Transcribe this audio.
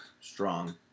strong